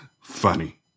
Funny